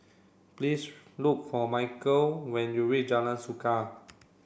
please look for Michel when you reach Jalan Suka